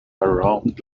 around